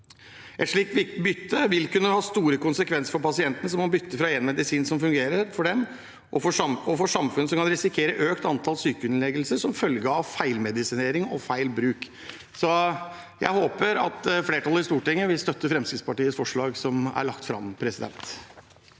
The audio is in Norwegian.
Et slikt bytte vil kunne ha store konsekvenser for pasientene, som må bytte fra en medisin som fungerer for dem, og for samfunnet kan en risikere økt antall sykehusinnleggelser som følge av feilmedisinering og feil bruk. Jeg håper at flertallet i Stortinget vil støtte Fremskrittspartiets forslag, som er lagt fram.